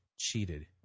Cheated